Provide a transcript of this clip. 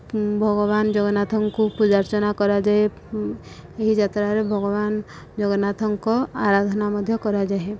ଭଗବାନ ଜଗନ୍ନାଥଙ୍କୁ ପୂଜା ଅର୍ଚ୍ଚନା କରାଯାଏ ଏହି ଯାତ୍ରାରେ ଭଗବାନ ଜଗନ୍ନାଥଙ୍କ ଆରାଧନା ମଧ୍ୟ କରାଯାଏ